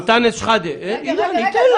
אנטאנס שחאדה, בבקשה.